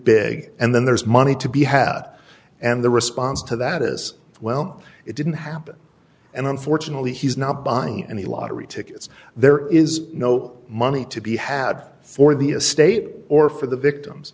big and then there's money to be had and the response to that is well it didn't happen and unfortunately he's not buying any lottery tickets there is no money to be had for the a state or for the victims